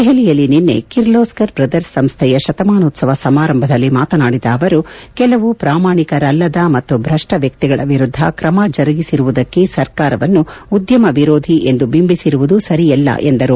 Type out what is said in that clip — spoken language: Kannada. ದೆಹಲಿಯಲ್ಲಿ ನಿನ್ನೆ ಕಿರ್ಲೋಸ್ಕರ್ ಬ್ರದರ್ಸ್ ಸಂಸ್ಥೆಯ ಶತಮಾನೋತ್ಲವ ಸಮಾರಂಭದಲ್ಲಿ ಮಾತನಾಡಿದ ಅವರು ಕೆಲವು ಪ್ರಾಮಾಣಿಕರಲ್ಲದ ಮತ್ತು ಭ್ರಷ್ಟ ವ್ಯಕ್ತಿಗಳ ವಿರುದ್ಧ ಕ್ರಮ ಜರುಗಿಸಿರುವುದಕ್ಕೆ ಸರ್ಕಾರವನ್ನು ಉದ್ಯಮ ವಿರೋಧಿ ಎಂದು ಬಿಂಬಿಸಿರುವುದು ಸರಿಯಲ್ಲ ಎಂದರು